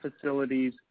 facilities